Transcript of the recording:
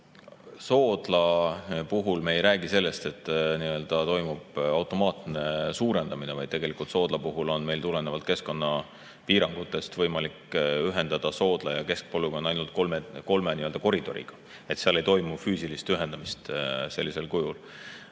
Soodla puhul me ei räägi sellest, et toimub automaatne suurendamine, vaid tegelikult Soodla puhul on meil tulenevalt keskkonnapiirangutest võimalik ühendada Soodla ja keskpolügoon ainult kolme koridoriga. Seal ei toimu füüsilist ühendamist sellisel